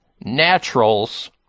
Naturals